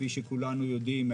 כפי שכולנו יודעים,